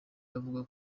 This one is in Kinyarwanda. avuga